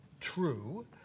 true